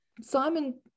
Simon